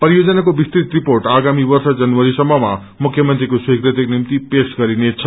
परियोजनको विस्तृत रिर्पोट आगामी वर्ष जनवरीसमममा मुख्य मंत्रीको स्वीकृतिको निम्ति पेश गरिनेछ